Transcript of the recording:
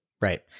Right